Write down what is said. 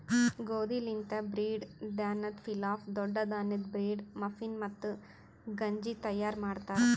ಗೋದಿ ಲಿಂತ್ ಬ್ರೀಡ್, ಧಾನ್ಯದ್ ಪಿಲಾಫ್, ದೊಡ್ಡ ಧಾನ್ಯದ್ ಬ್ರೀಡ್, ಮಫಿನ್, ಮತ್ತ ಗಂಜಿ ತೈಯಾರ್ ಮಾಡ್ತಾರ್